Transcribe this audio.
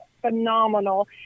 phenomenal